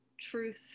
truth